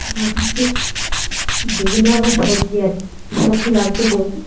আমার কাছে বিভিন্ন রকম সবজি আছে কী সবজি লাগবে বলুন